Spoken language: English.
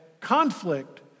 conflict